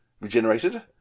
regenerated